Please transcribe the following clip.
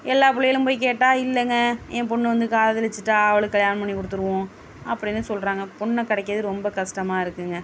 எல்லா பிள்ளைகளும் போய் கேட்டால் இல்லைங்க என் பொண்ணு வந்து காதலிச்சிட்டாள் அவளுக்கு கல்யாணம் பண்ணி கொடுத்துடுவோம் அப்படின்னு சொல்கிறாங்க பொண்ணு கெடைக்கிறது ரொம்ப கஷ்டமாக இருக்குதுங்க